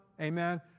amen